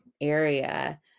area